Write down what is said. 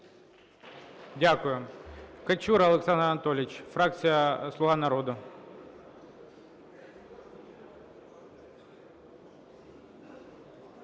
Дякую. Качура Олександр Анатолійович, фракція "Слуга народу".